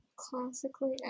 classically